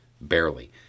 barely